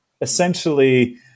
essentially